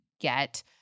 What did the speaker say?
get